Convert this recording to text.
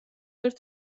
ერთ